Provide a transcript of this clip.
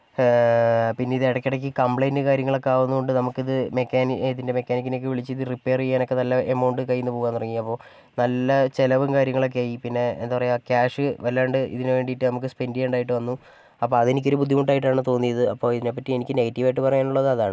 പിന്നെ ഇത് ഇടയ്ക്കിടയ്ക്ക് കംപ്ലൈന്റും കാര്യങ്ങളൊക്കെ ആവുന്നത് കൊണ്ട് നമുക്ക് ഇത് മെക്കാനി ഇതിൻ്റെ മെക്കാനിക്കിനെ ഒക്കെ വിളിച്ച് റിപ്പയർ ചെയ്യാനൊക്കെ നല്ല എമൗണ്ട് കയ്യിൽ നിന്ന് പോവാൻ തുടങ്ങി അപ്പോൾ നല്ല ചിലവും കാര്യങ്ങളൊക്കെ ആയി പിന്നെ എന്താണ് പറയുക ക്യാഷ് വല്ലാണ്ട് ഇതിന് വേണ്ടിയിട്ട് നമുക്ക് സ്പെൻഡ് ചെയ്യേണ്ടതായിട്ട് വന്നു അപ്പം അതെനിക്കൊരു ബുദ്ധിമുട്ടായിട്ടാണ് തോന്നിയത് അപ്പോൾ ഇതിനെ പറ്റി എനിക്ക് നെഗറ്റീവ് ആയിട്ട് പറയാനുള്ളത് അതാണ്